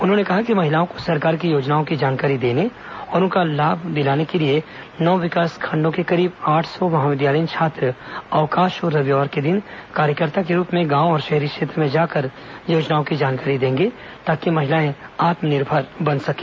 उन्होंने कहा कि महिलाओं को सरकार की योजनाओं की जानकारी देने और उनका लाभ दिलाने के लिए नौ विकासखंड के करीब आठ सौ महाविद्यालयीन छात्र अवकाश और रविवार के दिन कार्यकर्ता के रूप में गांव और शहरी क्षेत्र में जाकर योजनाओं की जानकारी देंगे ताकि महिलाएं आत्मनिर्भर बन सकें